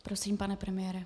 Prosím, pane premiére.